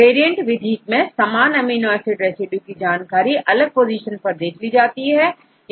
variant विधि में समान अमीनोएसिड रेसिड्यू की जानकारी अलग पोजीशन पर देख ली जाती है